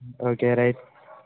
okay right